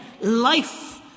Life